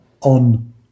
on